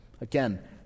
Again